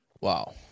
Wow